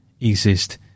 exist